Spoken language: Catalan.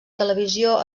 televisió